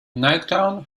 nightgown